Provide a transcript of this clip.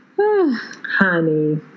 honey